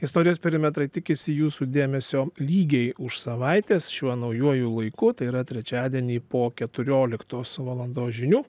istorijos perimetrai tikisi jūsų dėmesio lygiai už savaitės šiuo naujuoju laiku tai yra trečiadienį po keturioliktos valandos žinių